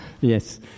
Yes